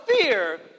fear